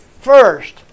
first